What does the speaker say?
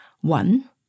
One